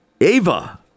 Ava